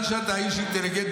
בגלל שאתה איש אינטליגנטי,